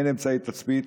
אין אמצעי תצפית,